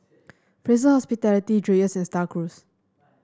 Fraser Hospitality Dreyers and Star Cruise